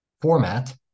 format